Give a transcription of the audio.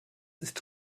ist